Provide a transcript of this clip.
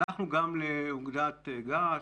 הלכנו גם לאוגדת געש,